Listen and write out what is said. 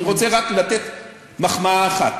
אני רוצה רק לתת מחמאה אחת,